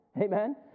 amen